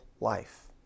life